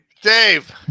Dave